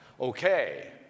okay